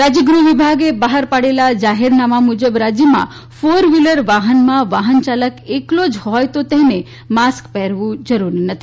રાજ્ય ગૃહવિભાગે બહાર પાડેલા જાહેરનામા મુજબ રાજ્યમાં ફોર વ્હીલર વાહનમાં વાહનચાલક એકલો જ હોથ તો તેને માસ્ક પહેરવું જરૂરી નથી